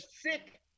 sick